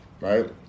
right